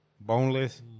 boneless